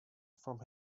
from